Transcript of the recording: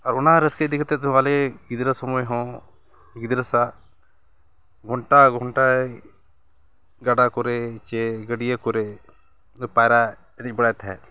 ᱟᱨ ᱚᱱᱟ ᱨᱟᱹᱥᱠᱟᱹ ᱤᱫᱤ ᱠᱟᱛᱮ ᱫᱚ ᱟᱞᱮ ᱜᱤᱫᱽᱨᱟᱹ ᱥᱚᱢᱚᱭ ᱦᱚᱸ ᱜᱤᱫᱽᱨᱟᱹ ᱥᱟᱣ ᱜᱷᱚᱱᱴᱟ ᱜᱷᱚᱱᱴᱟᱭ ᱜᱟᱰᱟ ᱠᱚᱨᱮ ᱥᱮ ᱜᱟᱹᱰᱭᱟᱹ ᱠᱚᱨᱮ ᱯᱟᱭᱨᱟ ᱮᱱᱮᱡ ᱵᱟᱲᱟᱭ ᱛᱟᱦᱮᱸᱜ